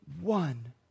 one